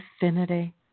infinity